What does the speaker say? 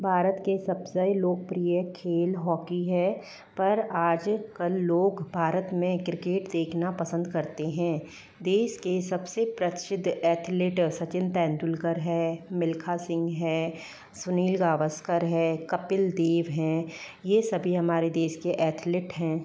भारत के सबसे लोकप्रिय खेल हॉकी है पर आज कल लोग भारत मे क्रिकेट देखना पसंद करते हैं देश के सबसे प्रकशित एथलिट सचिन तेंदुलकर है मिल्खा सिंह है सुनील गावस्कर है कपिल देव है ये सभी हमारे देश के एथलिट हैं